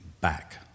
back